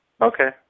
Okay